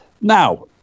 Now